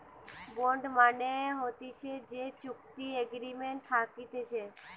bond মানে হতিছে যে চুক্তি এগ্রিমেন্ট থাকতিছে